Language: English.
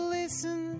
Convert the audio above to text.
listen